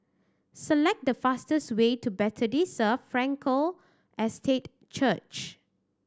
select the fastest way to Bethesda Frankel Estate Church